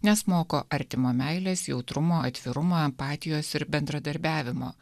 nes moko artimo meilės jautrumo atvirumo empatijos ir bendradarbiavimo